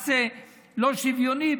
מס לא שוויוני,